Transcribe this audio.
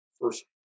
first